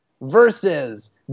versus